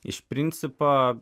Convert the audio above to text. iš principo